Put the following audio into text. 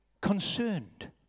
concerned